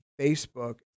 Facebook